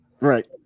Right